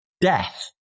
death